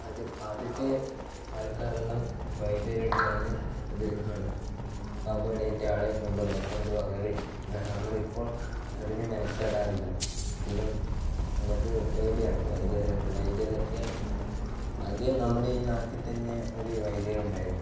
ആദ്യം ആദ്യത്തെ ആൾക്കാരെല്ലാം വൈദ്യരടുത്താണ് ഇത് നട പാമ്പു കടിയേറ്റ ആളെ കൊണ്ടുപോകുക കൊണ്ടുപോകൽ എന്നാൽ നമ്മൾ ഇപ്പോൾ അതിന് മെനക്കെടാറില്ല അധികം നമുക്ക് പേടിയാണ് വൈദ്യരെ വൈദ്യരെയൊക്കെ ആദ്യം നമ്മുടെ ഈ നാട്ടിൽ തന്നെ ഒരു വൈദ്യർ ഉണ്ടായിരുന്നു